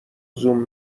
زوم